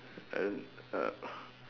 I don't uh